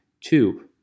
two